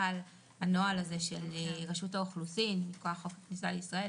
הנוהל של רשות האוכלוסין מכוח חוק הכניסה לישראל,